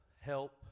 help